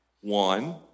One